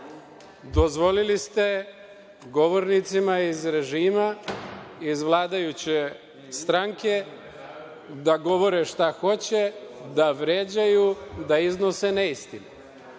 razumeli.)Dozvolili ste govornicima iz režima, iz vladajuće stranke, da govore šta hoće, da vređaju, da iznose neistine. Imao